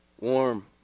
Warm